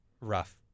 rough